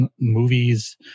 movies